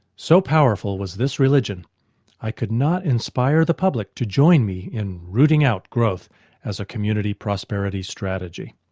so powerful was this religion i could not inspire the public to join me in rooting out growth as a community prosperity strategy.